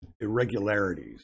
irregularities